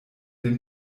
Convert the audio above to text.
den